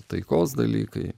taikos dalykai